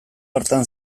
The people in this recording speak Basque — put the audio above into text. hartan